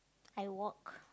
I walk